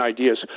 Ideas